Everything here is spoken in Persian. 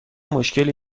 مشکلی